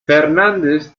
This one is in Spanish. fernández